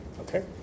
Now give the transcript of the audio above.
Okay